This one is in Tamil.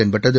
தென்பட்டது